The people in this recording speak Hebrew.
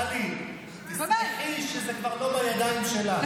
טלי, תשמחי שזה כבר לא בידיים שלה.